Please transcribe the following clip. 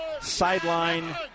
Sideline